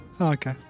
Okay